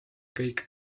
kõik